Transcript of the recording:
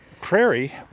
prairie